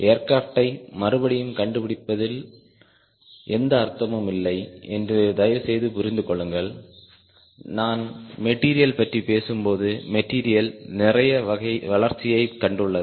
ஏர்கிராப்டை மறுபடியும் கண்டுபிடிப்பதில் எந்த அர்த்தமும் இல்லை என்று தயவு செய்து புரிந்து கொள்ளுங்கள் நான் மெட்டீரியல் பற்றி பேசும்போது மெட்டீரியல் நிறைய வளர்ச்சியை கண்டுள்ளது